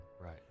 Right